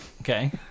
Okay